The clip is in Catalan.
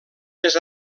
més